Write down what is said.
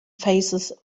faces